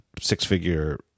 six-figure